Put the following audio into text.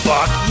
Fuck